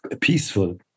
peaceful